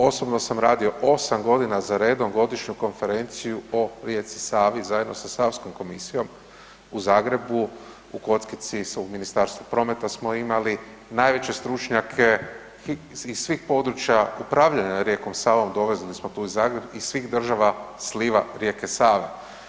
Osobno sam radio 8 godina za redom godišnju konferenciju o rijeci Savi zajedno sa savskom komisijom u Zagrebu u Kockici u Ministarstvu prometa smo imali najveće stručnjake iz svih područja upravljanja rijekom Savom, dovezli smo tu u Zagreb iz svih država sliva rijeke Save.